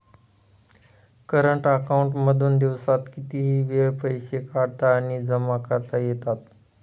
current account मधून दिवसात कितीही वेळ पैसे काढता आणि जमा करता येतात